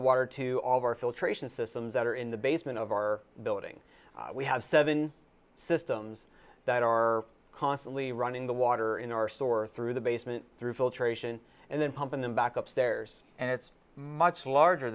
the water to all of our filtration systems that are in the basement of our building we have seven systems that are constantly running the water in our store through the basement through filtration and then pumping them back upstairs and it's much larger